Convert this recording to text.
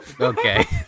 Okay